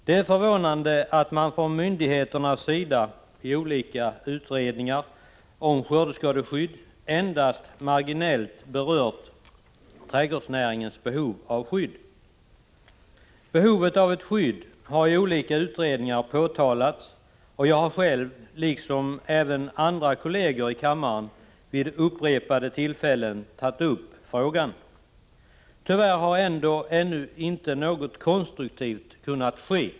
Det är förvånande att man från myndigheternas sida i olika utredningar om skördeskadeskydd endast marginellt berört trädgårdsnäringens behov av skydd. Behovet av ett skydd har påpekats i olika utredningar, och jag själv, liksom även kolleger i kammaren, har vid upprepade tillfällen tagit upp frågan. Tyvärr har ännu inget konstruktivt skett.